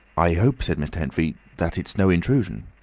i hope, said mr. henfrey, that it's no intrusion.